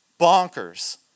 bonkers